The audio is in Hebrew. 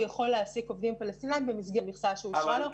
הוא יכול להעסיק עובדים פלסטינאים במסגרת המכסה שמאושרת לו.